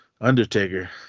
Undertaker